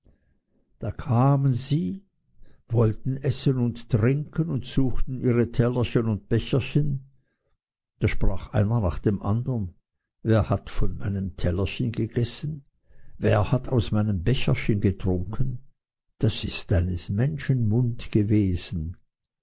da kamen sie wollten essen und trinken und suchten ihre tellerchen und becherchen da sprach einer nach dem andern wer hat von meinem tellerchen gegessen wer hat aus meinem becherchen getrunken das ist eines menschen mund gewesen